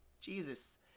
Jesus